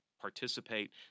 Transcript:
participate